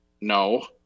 No